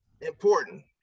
important